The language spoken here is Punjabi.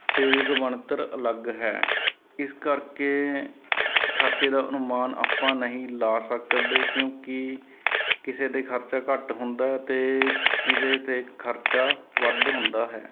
ਸਰੀਰਿਕ ਬਣਤਰ ਅਲੱਗ ਹੈ ਇਸ ਕਰਕੇ ਖਰਚੇ ਦਾ ਅਨੁਮਾਨ ਆਪਾਂ ਨਹੀਂ ਲਾ ਸਕਦੇ ਕਿਉਂਕਿ ਕਿਸੇ 'ਤੇ ਖਰਚਾ ਘੱਟ ਹੁੰਦਾ ਅਤੇ ਕਿਸੇ 'ਤੇ ਖਰਚਾ ਵੱਧ ਹੁੰਦਾ ਹੈ